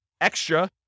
extra